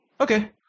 Okay